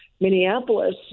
Minneapolis